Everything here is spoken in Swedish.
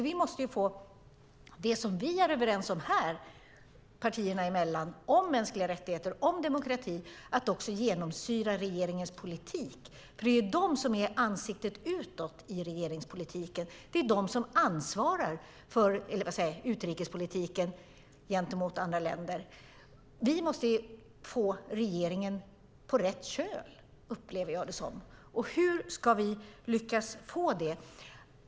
Vi måste ju få det som vi är överens om partierna emellan om mänskliga rättigheter och om demokrati att också genomsyra regeringens politik. Det är ju regeringen som är ansiktet utåt och som ansvarar för utrikespolitiken gentemot andra länder. Vi måste få regeringen på rätt köl, upplever jag det som. Hur ska vi lyckas med det?